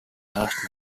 last